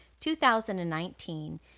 2019